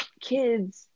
kids